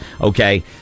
Okay